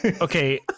okay